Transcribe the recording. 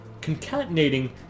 Concatenating